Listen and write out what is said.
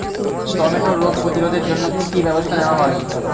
টমেটোর রোগ প্রতিরোধে জন্য কি কী ব্যবস্থা নেওয়া হয়?